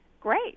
Great